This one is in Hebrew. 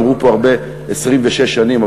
אמרו פה הרבה 26 שנים,